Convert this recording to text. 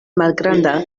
malgranda